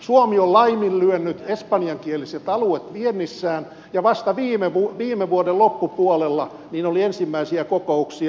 suomi on laiminlyönyt espanjankieliset alueet viennissään ja vasta viime vuoden loppupuolella oli ensimmäisiä kokouksia